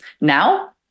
Now